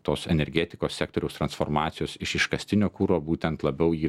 tos energetikos sektoriaus transformacijos iš iškastinio kuro būtent labiau jį